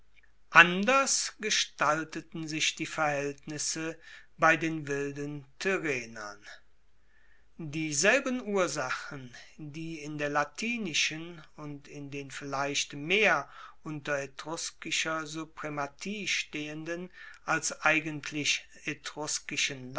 anders gestalteten sich die verhaeltnisse bei den wilden tyrrhenern dieselben ursachen die in der latinischen und in den vielleicht mehr unter etruskischer suprematie stehenden als eigentlich